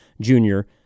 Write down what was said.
Junior